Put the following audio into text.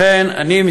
לכן אני,